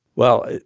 well,